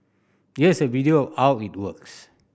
here's a video of how it works